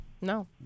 No